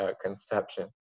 conception